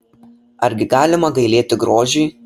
argi galima gailėti grožiui